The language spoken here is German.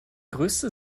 größte